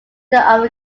middle